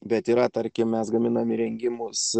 bet yra tarkim mes gaminame įrengimus